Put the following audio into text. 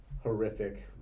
horrific